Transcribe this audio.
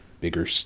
bigger